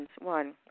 One